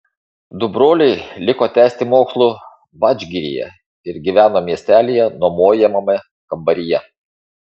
du broliai liko tęsti mokslų vadžgiryje ir gyveno miestelyje nuomojamame kambaryje